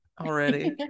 already